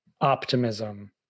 optimism